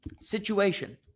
situation